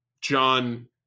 John